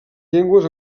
llengües